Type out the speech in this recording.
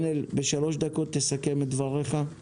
נתנאל, תסכם את דבריך בשלוש דקות, בבקשה.